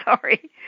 sorry